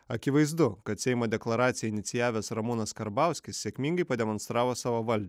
akivaizdu kad seimo deklaraciją iniciavęs ramūnas karbauskis sėkmingai pademonstravo savo valdžią